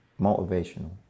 motivational